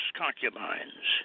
concubines